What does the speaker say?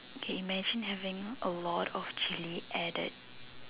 K imagine having a lot of chilli added